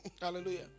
hallelujah